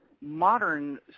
modern